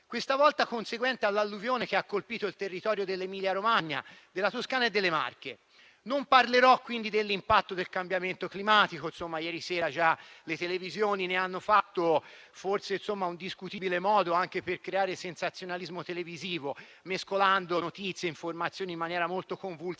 questa volta conseguente all'alluvione che ha colpito il territorio dell'Emilia-Romagna, della Toscana e delle Marche. Non parlerò quindi dell'impatto del cambiamento climatico, atteso che ieri sera già alcune trasmissioni televisive ne hanno fatto un uso discutibile anche per creare sensazionalismo televisivo, mescolando notizie e informazioni in maniera molto confusa